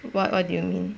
what what do you mean